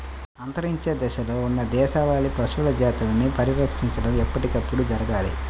అంతరించే దశలో ఉన్న దేశవాళీ పశువుల జాతులని పరిరక్షించడం ఎప్పటికప్పుడు జరగాలి